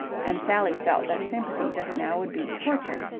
and sally felt that sympathy just now would be torture,